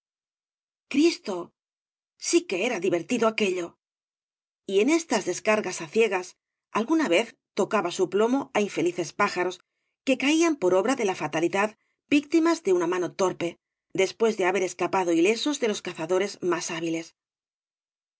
cristo sí que era divertido aquello y en estas descargas á ciegas alguna vez tocaba su plomo á infelices pájaros que caían por obra de la fatalidad víctimas de una mano torpe después de haber escapado ilesos de ios cazadores más hábiles